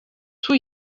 two